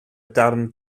darn